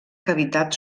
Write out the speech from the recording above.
cavitat